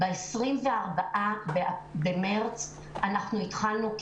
ב-24 במרץ אנחנו התחלנו,